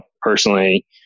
personally